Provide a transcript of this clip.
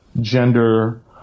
gender